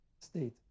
state